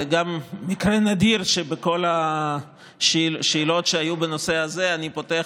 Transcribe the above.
זה נדיר שבכל השאלות שהיו בנושא הזה אני פותח